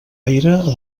aire